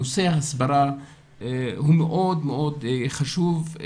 נושא ההסברה הוא מאוד מאוד חשוב.